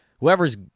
Whoever's